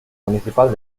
municipal